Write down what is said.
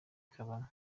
ikavamo